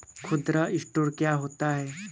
खुदरा स्टोर क्या होता है?